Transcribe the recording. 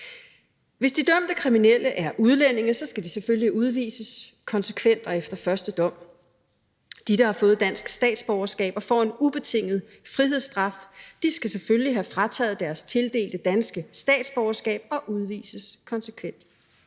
Hvis de dømte kriminelle er udlændinge, skal de selvfølgelig udvises konsekvent og efter første dom. De, der har fået dansk statsborgerskab og får en ubetinget frihedsstraf, skal selvfølgelig have frataget deres tildelte danske statsborgerskab og udvises konsekvent.